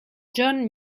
john